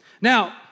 Now